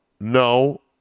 No